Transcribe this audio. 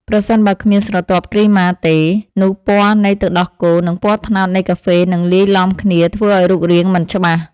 ប្រសិនបើគ្មានស្រទាប់គ្រីម៉ាទេ នោះពណ៌សនៃទឹកដោះគោ និងពណ៌ត្នោតនៃកាហ្វេនឹងលាយឡំគ្នាធ្វើឱ្យរូបរាងមិនច្បាស់។